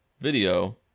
video